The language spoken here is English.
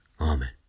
Amen